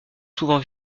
souvent